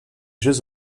jeux